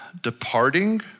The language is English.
departing